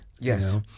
Yes